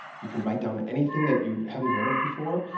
you can write down anything that you haven't heard of before,